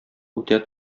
үтә